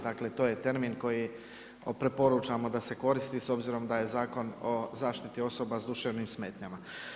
Dakle, to je termin koji preporučamo da se koristi s obzirom da je Zakon o zaštiti osoba sa duševnim smetnjama.